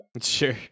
Sure